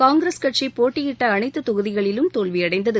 காங்கிரஸ் கட்சி போட்டியிட்ட அனைத்து தொகுதிகளிலும் தோல்வியடைந்தது